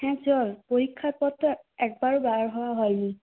হ্যাঁ চল পরীক্ষার পর তো একবারও বার হওয়া হয়নি